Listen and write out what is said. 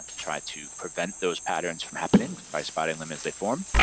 try to prevent those patterns from happening by spotting them as they form.